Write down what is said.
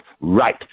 right